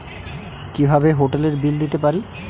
কিভাবে হোটেলের বিল দিতে পারি?